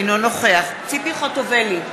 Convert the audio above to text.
אינו נוכח ציפי חוטובלי,